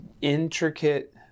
intricate